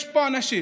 יש פה אנשים